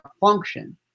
function